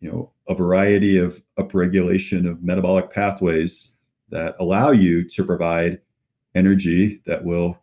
you know a variety of upregulation of metabolic pathways that allow you to provide energy that will